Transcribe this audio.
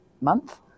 month